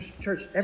Church